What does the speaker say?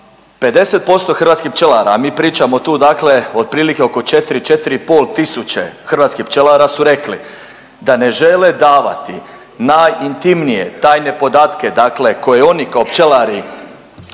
50% hrvatskih pčelara, a mi pričamo tu dakle otprilike oko 4-4,5 tisuće hrvatskih pčelara su rekli da ne žele davati najintimnije tajne podatke dakle koje oni kao pčelari